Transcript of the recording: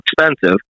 expensive